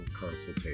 consultation